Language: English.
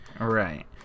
right